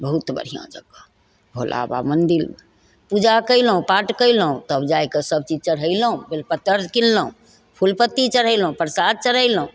बहुत बढ़िआँ जगह भोलाबाबा मन्दिरमे पूजा कएलहुँ पाठ कएलहुँ तब जाके सबचीज चढ़ेलहुँ बेलपत्र किनलहुँ फूल पत्ती चढ़ेलहुँ परसाद चढ़ेलहुँ